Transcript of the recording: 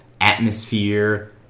atmosphere